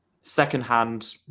Secondhand